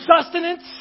sustenance